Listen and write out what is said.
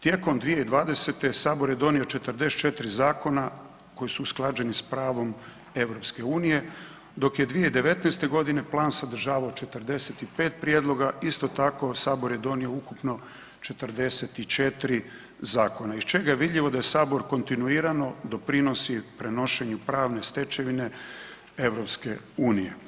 Tijekom 2020. sabor je donio 44 zakona koji su usklađeni s pravom EU, dok je 2019. godine plan sadržavao 45 prijedloga, isto tako sabor je donio ukupno 44 zakona iz čega je vidljivo da sabor kontinuirano doprinosi prenošenju pravne stečevine EU.